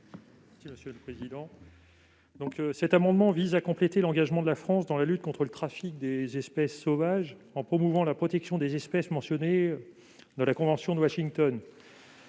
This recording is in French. M. Thierry Cozic. Cet amendement vise à compléter l'engagement de la France dans la lutte contre le trafic des espèces sauvages en promouvant la protection des espèces mentionnées dans la convention de Washington.